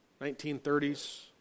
1930s